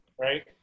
right